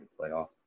playoff